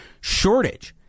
shortage